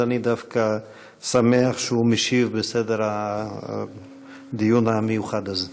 אז אני דווקא שמח שהוא משיב בסדר הדיון המיוחד הזה.